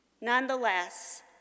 Nonetheless